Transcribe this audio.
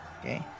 Okay